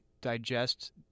digest